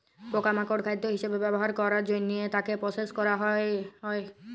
পকা মাকড় খাদ্য হিসবে ব্যবহার ক্যরের জনহে তাকে প্রসেস ক্যরা হ্যয়ে হয়